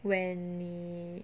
when 你